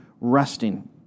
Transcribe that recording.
resting